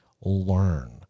learn